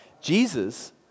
Jesus